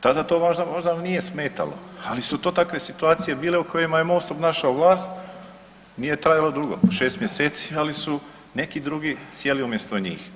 Tada to možda nije vam nije smetalo, ali su to takve situacije bile u kojima je Most obnašao vlast nije trajalo dugo, šest mjeseci, ali su neki drugi sjeli umjesto njih.